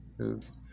Oops